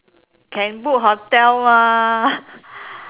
can book hotel mah